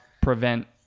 prevent